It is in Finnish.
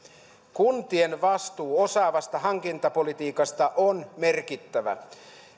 kuntien vastuu osaavasta hankintapolitiikasta on merkittävä